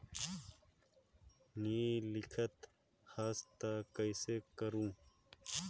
नी लिखत हस ता कइसे करू?